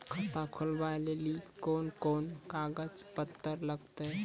खाता खोलबाबय लेली कोंन कोंन कागज पत्तर लगतै?